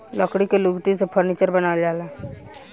लकड़ी के लुगदी से फर्नीचर बनावल जाला